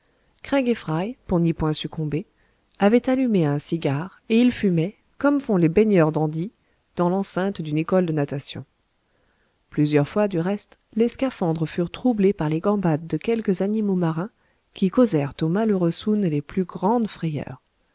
pour n'y point succomber avaient allumé un cigare et ils fumaient comme font les baigneurs dandys dans l'enceinte d'une école de natation plusieurs fois du reste les scaphandres furent troublés par les gambades de quelques animaux marins qui causèrent au malheureux soun les plus grandes frayeurs